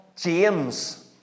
James